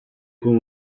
con